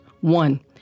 One